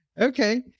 Okay